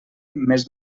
més